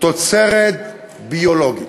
"תוצרת ביולוגית".